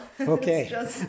Okay